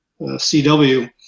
CW